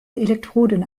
elektroden